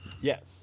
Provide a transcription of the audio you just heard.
Yes